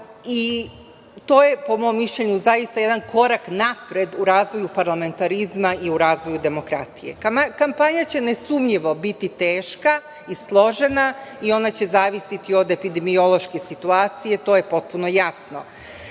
To je po mom mišljenju zaista jedan korak napred u razvoju parlamentarizma i u razvoju demokratije. Kampanja će nesumnjivo biti teška i složena, i ona će zavisiti od epidemiološke situacije, to je potpuno